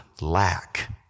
lack